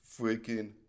freaking